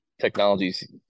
technologies